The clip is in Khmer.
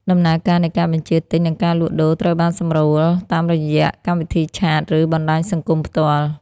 ដំណើរការនៃការបញ្ជាទិញ និងការលក់ដូរត្រូវបានសម្រួលតាមរយៈកម្មវិធីឆាត ឬបណ្ដាញសង្គមផ្ទាល់។